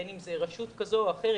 בין אם זה רשות כזה או אחרת,